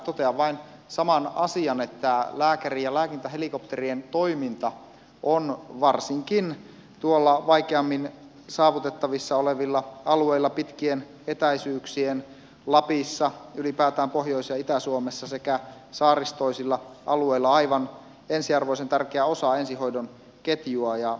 totean vain saman asian että lääkäri ja lääkintähelikopterien toiminta on varsinkin tuolla vaikeammin saavutettavissa olevilla alueilla pitkien etäisyyksien lapissa ylipäätään pohjois ja itä suomessa sekä saaristoisilla alueilla aivan ensiarvoisen tärkeä osa ensihoidon ketjua